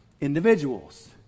individuals